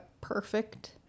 perfect